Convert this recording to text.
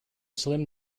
slim